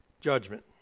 judgment